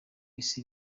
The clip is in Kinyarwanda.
isi